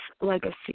legacy